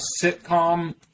sitcom